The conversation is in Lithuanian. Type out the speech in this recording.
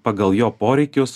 pagal jo poreikius